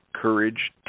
Courage